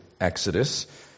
Exodus